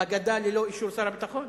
בגדה ללא אישור שר הביטחון?